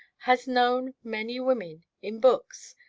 has known many women in books!